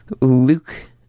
luke